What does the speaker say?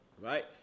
Right